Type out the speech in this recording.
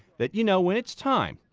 that, you know, when it's time.